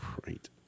Great